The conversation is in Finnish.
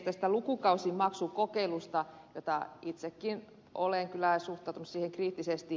tästä lukukausimaksukokeilusta johon itsekin olen kyllä suhtautunut kriittisesti